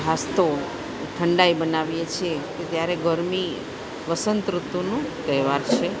હાસ્તો ઠંડાઈ બનાવીએ છીએ કે ત્યારે ગરમી વસંત ઋતુનું તહેવાર છે